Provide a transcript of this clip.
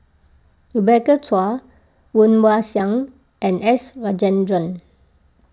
Rebecca Chua Woon Wah Siang and S Rajendran